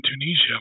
Tunisia